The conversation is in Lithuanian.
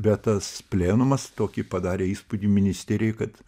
bet tas plenumas tokį padarė įspūdį ministerijai kad